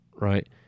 right